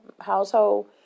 household